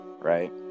right